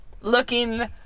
looking